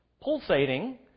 pulsating